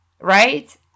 right